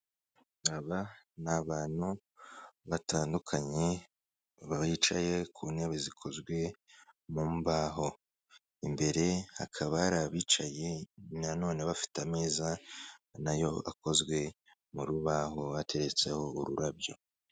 Aba ni abantu batandukanye, bicaye ku ntebe zikozwe mu mbaho. Imbere hakaba hari abicaye na none bafite ameza nayo akozwe mu rubaho, ateretseho ururabyo.